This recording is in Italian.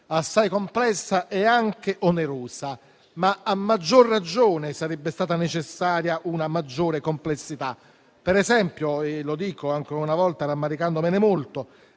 assai complessa e anche onerosa, ma a maggior ragione sarebbe stata necessaria una maggiore complessità, ad esempio - lo dico ancora una volta rammaricandomene molto